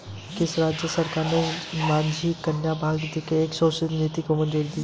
किस राज्य सरकार ने माझी कन्या भाग्यश्री के लिए एक संशोधित नीति को मंजूरी दी है?